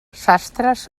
sastres